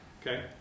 okay